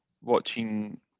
watching